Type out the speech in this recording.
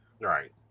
right